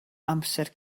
amser